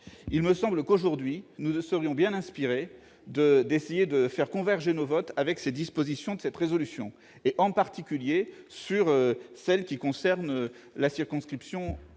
nous serions aujourd'hui bien inspirés d'essayer de faire converger nos votes avec les dispositions de cette résolution, en particulier celles qui concernent la circonscription